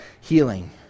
healing